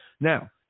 Now